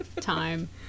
time